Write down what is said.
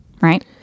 Right